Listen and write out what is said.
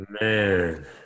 Man